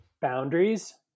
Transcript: boundaries